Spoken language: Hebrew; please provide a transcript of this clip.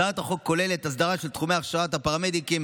הצעת החוק כוללת הסדרה של תחומי הכשרת הפרמדיקים,